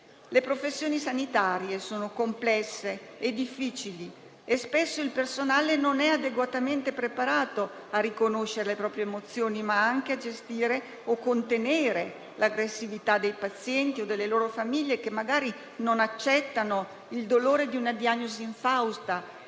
Le professioni sanitarie sono complesse e difficili e spesso il personale non è adeguatamente preparato a riconoscere le proprie emozioni, ma anche a gestire o contenere l'aggressività dei pazienti o delle loro famiglie, che magari non accettano il dolore di una diagnosi infausta